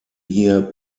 hier